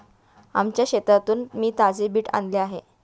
आमच्या शेतातून मी ताजे बीट आणले आहे